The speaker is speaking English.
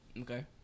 Okay